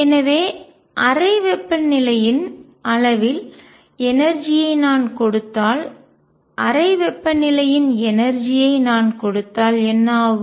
எனவே அறை வெப்பநிலையின் அளவில் எனர்ஜி ஐ ஆற்றல் நான் கொடுத்தால் அறை வெப்பநிலையின் எனர்ஜி ஐ ஆற்றல் நான் கொடுத்தால் என்ன ஆகும்